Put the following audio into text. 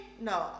No